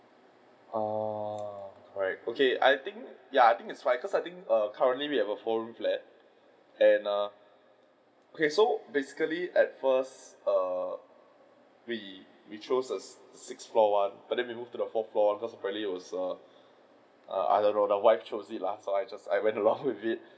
oh correct okay I think ya I think it is why cos' I think err currently we have a four room flat and err okay so basically at first err we we chose a sixth floor one but then we move to the fourth floor one because apparently it was err I don't know why my wife chose it lah so I went along with it